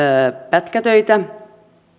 pätkätöitä